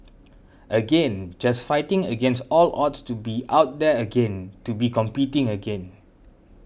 again just fighting against all odds to be out there again to be competing again